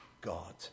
God